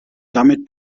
damit